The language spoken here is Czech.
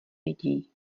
lidí